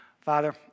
Father